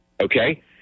okay